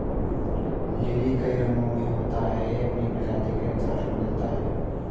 lily कई रंगो में होता है, यह अपनी प्रजाति के अनुसार रंग बदलता है